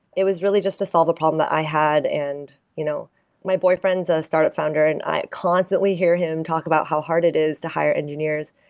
it was really just to solve a problem that i had. and you know my boyfriend is a startup founder and i constantly hear him talk about how hard it is to hire engineers,